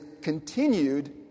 continued